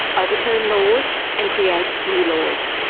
overturn laws and create new laws.